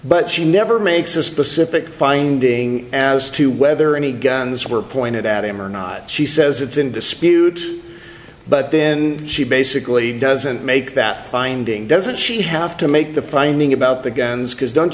but she never makes a specific finding as to whether any guns were pointed at him or not she says it's in dispute but then she basically doesn't make that finding doesn't she have to make the finding about the guns because don't